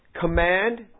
Command